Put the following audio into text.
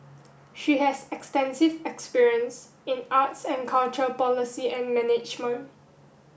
she has extensive experience in arts and culture policy and management